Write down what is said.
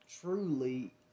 truly